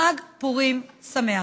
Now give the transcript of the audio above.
חג פורים שמח.